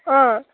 अँ